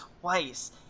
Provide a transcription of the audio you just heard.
twice